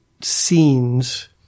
scenes